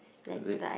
is it